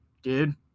Dude